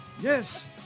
Yes